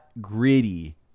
Gritty